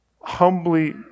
humbly